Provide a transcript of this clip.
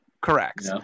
correct